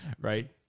right